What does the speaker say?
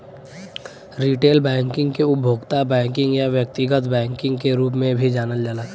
retail banking के उपभोक्ता banking या व्यक्तिगत बैंकिंग के रूप में भी जानल जाला